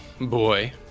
boy